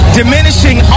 diminishing